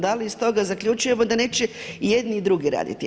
Da li iz toga zaključujemo da neće i jedni i drugi raditi.